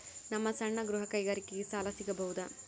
ನಮ್ಮ ಸಣ್ಣ ಗೃಹ ಕೈಗಾರಿಕೆಗೆ ಸಾಲ ಸಿಗಬಹುದಾ?